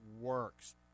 works